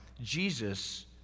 Jesus